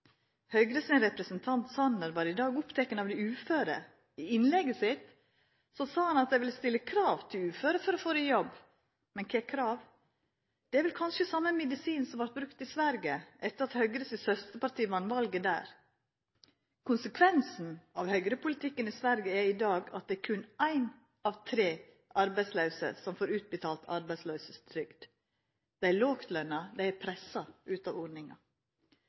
Høgre sin representant, Jan Tore Sanner, var i dag oppteken av dei uføre. I innlegget sitt sa han at dei ville stilla krav til dei uføre for å få dei i jobb. Men kva for krav? Det er vel kanskje same medisin som vart brukt i Sverige, etter at Høgre sitt søsterparti vann valet der? Konsekvensen av høgrepolitikken i Sverige i dag er at berre ein av tre arbeidslause får utbetalt arbeidsløysetrygd. Dei lågtlønte er pressa ut av ordninga.